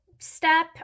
step